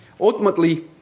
Ultimately